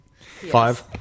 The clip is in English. Five